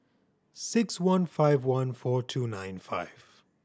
six one five one four two nine five